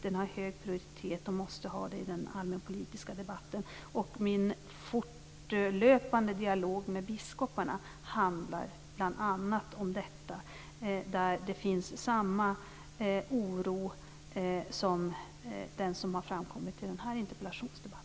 Den har hög prioritet och måste ha det i den allmänpolitiska debatten. Min fortlöpande dialog med biskoparna handlar bl.a. om detta. Där finns samma oro som har framkommit i denna interpellationsdebatt.